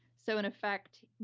so in effect,